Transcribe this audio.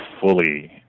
fully